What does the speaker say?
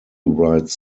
writes